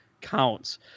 Counts